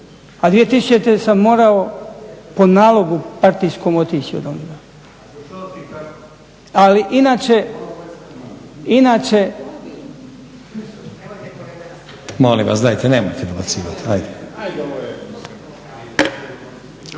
a 2000. sam morao po nalogu praktički otići odande. Ali inače… … /Upadica Stazić: Molim vas, dajte, nemojte dobacivati, ajde./